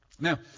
Now